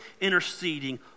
interceding